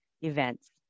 events